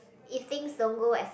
if things don't go as